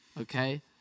okay